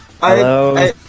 Hello